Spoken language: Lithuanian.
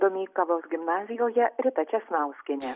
domeikavos gimnazijoje rita česnauskienė